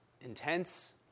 intense